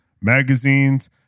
magazines